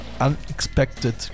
unexpected